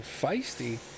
feisty